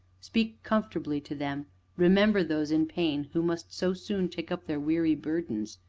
speak comfortably to them remember those in pain who must so soon take up their weary burdens!